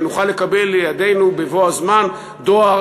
ונוכל לקבל לידינו בבוא הזמן דואר